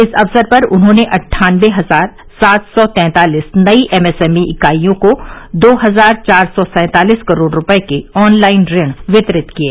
इस असवर पर उन्होंने अट्ठान्बे हजार सात सौ तैंतालीस नई एमएसएमई इकाईयों को दो हजार चार सौ सैंतालीस करोड़ रूपये के ऑनलाइन ऋण वितरित किये